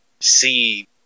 see